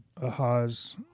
Ahaz